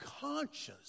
conscious